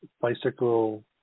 bicycle